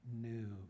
new